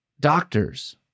doctors